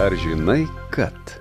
ar žinai kad